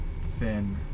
thin